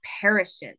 perishes